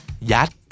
Yat